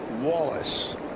Wallace